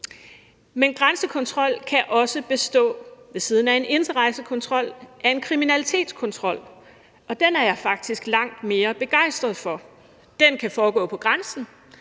Men grænsekontrol kan ved siden af en indrejsekontrol også bestå af en kriminalitetskontrol, og den er jeg faktisk langt mere begejstret for. Den kan foregå på grænsen,